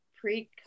pre